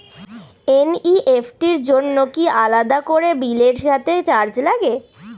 NEFT র জন্য কি আলাদা করে বিলের সাথে চার্জ লাগে?